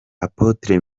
apotre